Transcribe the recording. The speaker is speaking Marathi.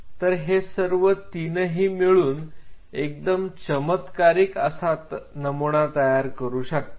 तर हे सर्व तिन्ही मिळून एकदम चमत्कारीक असा नमुना तयार करू शकतात